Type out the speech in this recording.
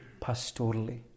pastorally